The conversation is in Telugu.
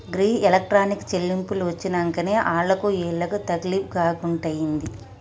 గీ ఎలక్ట్రానిక్ చెల్లింపులు వచ్చినంకనే ఆళ్లకు ఈళ్లకు తకిలీబ్ గాకుంటయింది